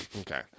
Okay